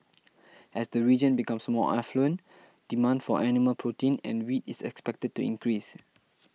as the region becomes more affluent demand for animal protein and wheat is expected to increase